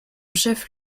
chef